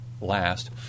last